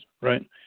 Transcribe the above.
right